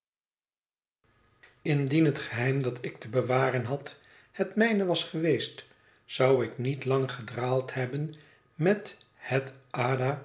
indien het geheim dat ik te bewaren had het mijne was geweest zou ik niet lang gedraald hebben met het